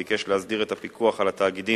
ביקש להסדיר את הפיקוח על התאגידים